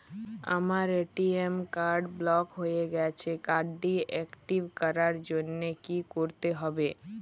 আমার ATM card block হয়ে গেছে কার্ড টি একটিভ করার জন্যে কি করতে হবে?